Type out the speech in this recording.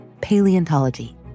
paleontology